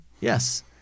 Yes